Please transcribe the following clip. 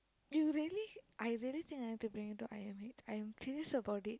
you really I really think I have to bring you to I_M_H I'm serious about it